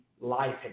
life